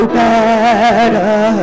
better